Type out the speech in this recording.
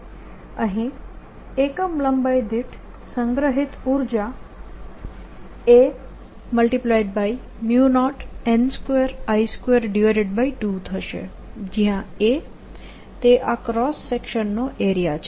અહીં એકમ લંબાઈ દીઠ સંગ્રહિત ઉર્જા a 0n2I22 થશે જયાં a એ આ ક્રોસ સેક્શન નો એરિયા છે